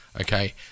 Okay